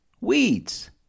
Weeds